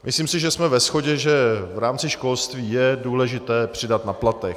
Myslím si, že jsme ve shodě, že v rámci školství je důležité přidat na platech.